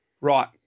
Right